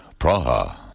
Praha